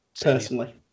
personally